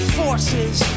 forces